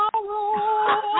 tomorrow